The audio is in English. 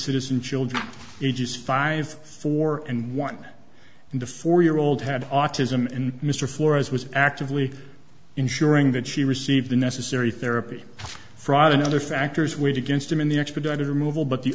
citizen children ages five four and one and the four year old had autism and mr flores was actively ensuring that she received the necessary therapy fraud and other factors which against him in the expedited removal but the